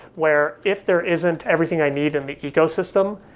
where if there isn't everything i need in the ecosystem,